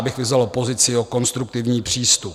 Já bych vyzval opozici o konstruktivní přístup.